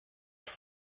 wabo